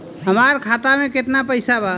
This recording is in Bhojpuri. हमार खाता मे केतना पैसा बा?